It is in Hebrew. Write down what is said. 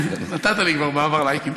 נתת לי כבר בעבר "לייקים".